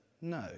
no